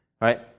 right